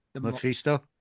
Mephisto